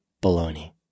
bologna